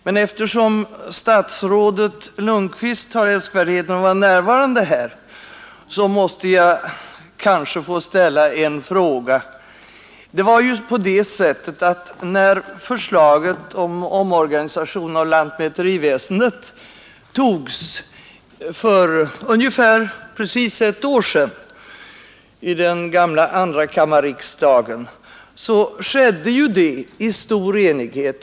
Men eftersom statsrådet Lundkvist har älskvärdheten att vara närvarande här, måste jag få ställa en fråga till honom. När förslaget om en omorganisation av lantmäteriväsendet bifölls av riksdagen för ungefär ett år sedan, skedde det i stor enighet.